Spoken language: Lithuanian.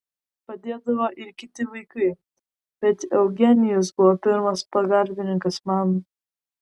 padėdavo ir kiti vaikai bet eugenijus buvo pirmas pagalbininkas man